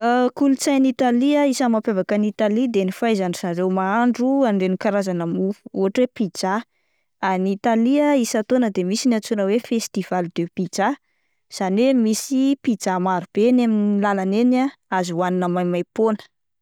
Kolotsain'i Italia, isan'ny mampiavaka an'i Italia de ny fahaizandry zareo mahandro an'ireny karazana mofo ohatra hoe pizza, any Italia isan-taona dia misy ny antsoina hoe festival de pizza izany hoe misy pizza marobe eny amin'ny lalana eny ah azo hoanina maimaimpoana.